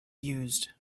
used